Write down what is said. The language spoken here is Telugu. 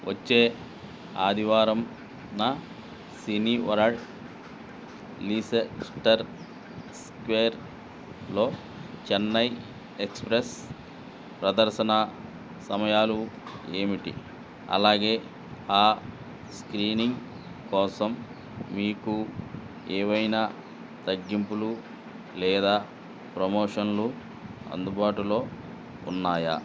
వచ్చే ఆదివారంన సినీ వరల్డ్ లీసెస్టర్ స్క్వేర్లో చెన్నై ఎక్స్ప్రెస్ ప్రదర్శన సమయాలు ఏమిటి అలాగే ఆ స్క్రీనింగ్ కోసం మీకు ఏవైనా తగ్గింపులు లేదా ప్రమోషన్లు అందుబాటులో ఉన్నాయా